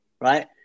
right